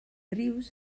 rius